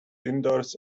indoors